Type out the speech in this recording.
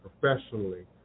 professionally